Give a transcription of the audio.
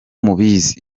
mubizi